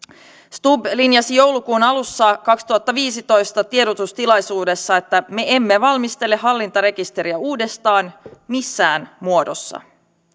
stubb linjasi joulukuun alussa kaksituhattaviisitoista tiedotustilaisuudessa me emme valmistele hallintarekisteriä uudestaan missään muodossa